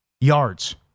yards